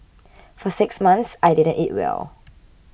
for six months I didn't eat well